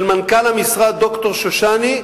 של מנכ"ל המשרד ד"ר שושני,